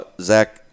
Zach